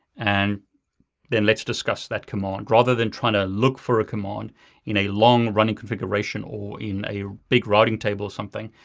and then let's discuss that command. rather than trying to look for a command in a long, running configuration, or in a big routing table or something,